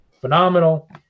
phenomenal